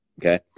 Okay